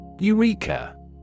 Eureka